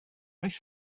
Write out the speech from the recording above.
oes